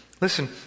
Listen